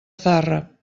zarra